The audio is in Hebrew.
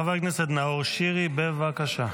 חבר הכנסת נאור שירי, בבקשה.